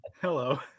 hello